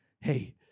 hey